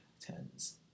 tens